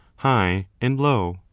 high and low.